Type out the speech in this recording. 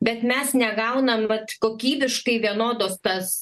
bet mes negaunam vat kokybiškai vienodos tas